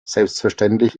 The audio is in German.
selbstverständlich